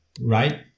right